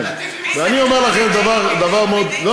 את